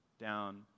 down